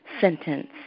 sentence